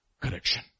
correction